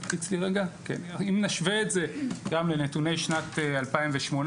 אם נשווה את זה גם לנתוני שנת 2018,